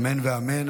אמן ואמן.